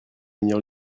venir